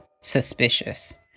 suspicious